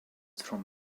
from